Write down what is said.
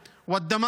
ואליד,